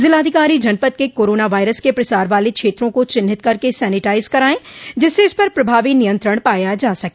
जिलाधिकारी जनपद के कोरोना वायरस के प्रसार वाले क्षेत्रों को चिन्हित करके सैनेटाइज कराये जिससे इस पर प्रभावी नियंत्रण पाया जा सके